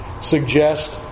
suggest